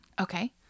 Okay